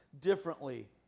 differently